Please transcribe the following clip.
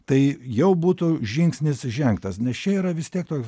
tai jau būtų žingsnis žengtas nes čia yra vis tiek toks